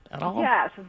Yes